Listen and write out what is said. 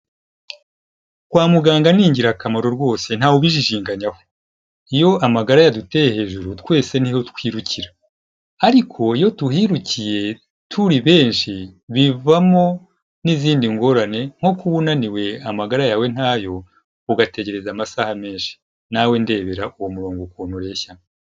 Kwa muganga ni ingirakamaro rwose, ntawe ubijijinganyaho. Iyo amagara yaduteye hejuru, twese niho twirukira, ariko iyo duhirukiye turi benshi, bivamo n’izindi ngorane, nko kuba unaniwe, amagara yawe ntayo, ugategereza amasaha menshi. Nawe ndebera uwo murongo ukuntu ureshya.